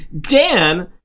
Dan